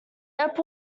airport